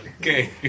Okay